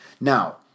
Now